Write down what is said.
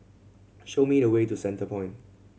show me the way to Centrepoint